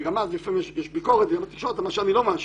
וגם אז לפעמים יש ביקורת על מה שאני לא מאשר.